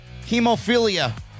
hemophilia